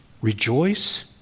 Rejoice